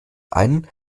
einen